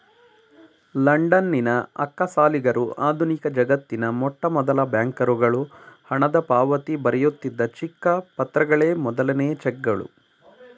ಲಂಡನ್ನಿನ ಅಕ್ಕಸಾಲಿಗರು ಆಧುನಿಕಜಗತ್ತಿನ ಮೊಟ್ಟಮೊದಲ ಬ್ಯಾಂಕರುಗಳು ಹಣದಪಾವತಿ ಬರೆಯುತ್ತಿದ್ದ ಚಿಕ್ಕ ಪತ್ರಗಳೇ ಮೊದಲನೇ ಚೆಕ್ಗಳು